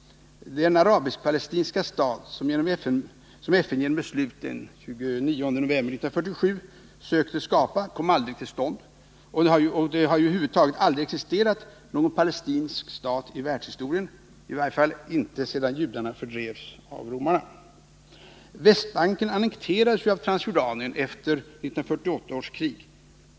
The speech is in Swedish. Den arabisk-palestinska stat, som FN genom beslut den 29 november 1947 sökte skapa, kom aldrig till stånd, och det har ju över huvud taget aldrig existerat någon palestinsk stat i världshistorien, i varje fall inte sedan judarna fördrevs av romarna. Västbanken annekterades ju av Transjordanien efter 1948 års krig.